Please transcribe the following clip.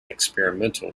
experimental